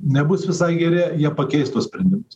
nebus visai geri jie pakeis tuos sprendimus